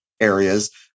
areas